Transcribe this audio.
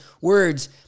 words